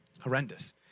horrendous